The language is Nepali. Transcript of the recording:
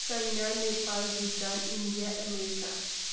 China Nepal Bhutan India America